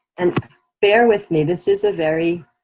and bear with me, this is a very